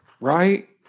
Right